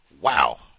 wow